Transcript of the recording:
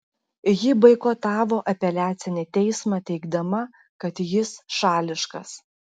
ji boikotavo apeliacinį teismą teigdama kad jis šališkas